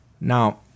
Now